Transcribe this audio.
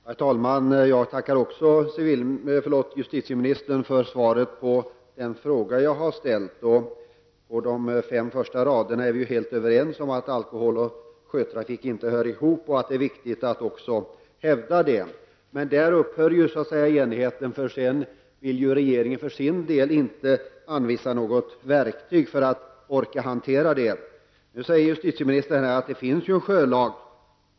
Herr talman! Jag tackar justitieministern för svaret på den fråga jag har ställt. De fem första raderna i det skrivna svaret är vi helt överens om. Alkohol och sjötrafik hör inte ihop, och det är viktigt att hävda det. Där upphör enigheten. Regeringen vill för sin del inte anvisa något verktyg för att man skall orka hantera det. Justitieministern säger att det finns en sjölag.